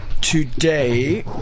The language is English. today